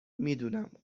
میدونم